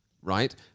right